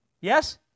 Yes